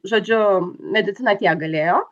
žodžiu medicina tiek galėjo